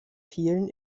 vielen